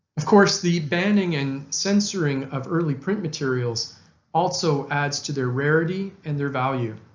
of course, the banning and censoring of early print materials also adds to their rarity and their value.